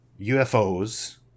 UFOs